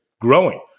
growing